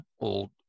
old